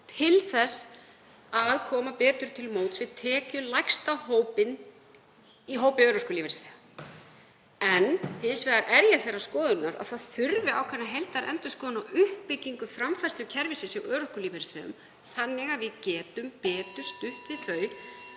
til þess að koma betur til móts við tekjulægsta hópinn í hópi örorkulífeyrisþega. En hins vegar er ég þeirrar skoðunar að það þurfi ákveðna heildarendurskoðun á uppbyggingu framfærslukerfisins hjá örorkulífeyrisþegum (Forseti hringir.) þannig að við getum betur stutt við þau,